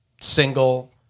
single